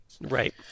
Right